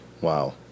Wow